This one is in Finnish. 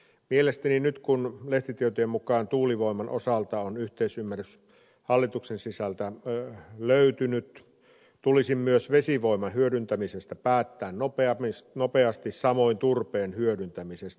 mielestäni nyt kun lehtitietojen mukaan tuulivoiman osalta on yhteisymmärrys hallituksen sisältä löytynyt tulisi myös vesivoiman hyödyntämisestä päättää nopeasti samoin turpeen hyödyntämisestä